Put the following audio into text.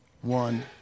one